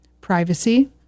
privacy